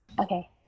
Okay